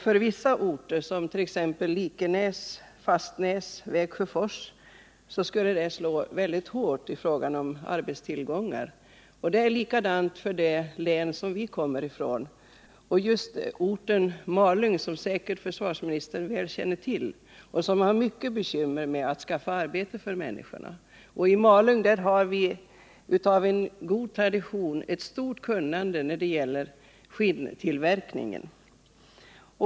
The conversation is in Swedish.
För vissa orter, t.ex. Likenäs, Fastnäs och Vägsjöfors, skulle det slå mycket hårt i fråga om arbetstillgången. Det är likadant när det gäller det län vi kommer ifrån. Just orten Malung, som försvarsministern säkert väl känner till, har ett mycket stort bekymmer med att skaffa människorna arbete. I Malung har man sedan gammalt ett stort kunnande när det gäller skinntillverkning.